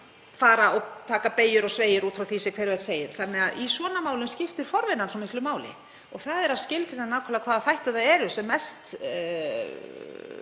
á að taka beygjur og sveigjur út frá því sem hver og einn segir. Þannig að í svona málum skiptir forvinnan svo miklu máli, þ.e. að skilgreina nákvæmlega hvaða þættir það eru sem mestur